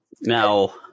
now